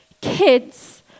Kids